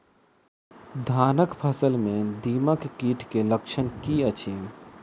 धानक फसल मे दीमक कीट केँ लक्षण की अछि?